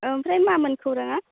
ओमफ्राय मामोन खौराङा